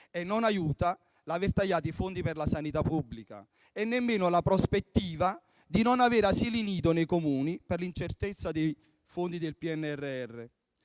Non aiuta aver tagliato i fondi per la sanità pubblica e nemmeno la prospettiva di non avere asili nido nei Comuni per l'incertezza dei fondi del PNRR.